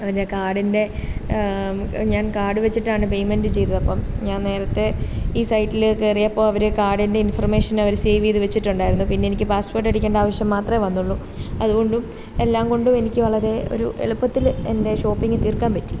ഞാൻ കാർഡിൻ്റെ ഞാൻ കാർഡ് വച്ചിട്ടാണ് പെയ്മെൻ്റ് ചെയ്തത് അപ്പം ഞാൻ നേരത്തെ ഈ സൈറ്റിൽ കയറിയപ്പോൾ അവർ കാർഡിൻ്റെ ഇൻഫർമേഷൻ അവർ സേവ് ചെയ്ത് വച്ചിട്ടുണ്ടായിരുന്നു പിന്നെ എനിക്ക് പാസ്സ്വേർഡ് അടിക്കേണ്ട ആവശ്യം മാത്രമേ വന്നുള്ളൂ അതുകൊണ്ടും എല്ലാംകൊണ്ടും എനിക്ക് വളരെ ഒരു എളുപ്പത്തിൽ എൻ്റെ ഷോപ്പിംഗ് തീർക്കാൻ പറ്റി